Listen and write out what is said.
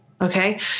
okay